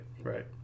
right